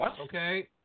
Okay